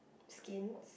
skin